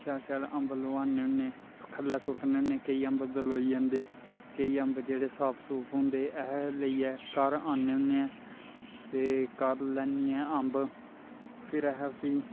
शैल शैल अम्ब लोआनें होन्ने थ'ल्लै सुट्टनें होन्ने केह् अम्ब दलोई जंदे कोई अम्ब जेह्ड़े साफ सूफ होंदे ते अस लेइयै घर आन्ने होन्ने ते घर आनियै अम्ब फेर असें उस्सी